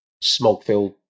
smog-filled